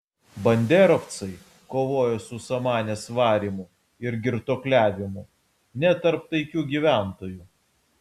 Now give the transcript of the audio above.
banderovcai kovojo su samanės varymu ir girtuokliavimu net tarp taikių gyventojų